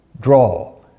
draw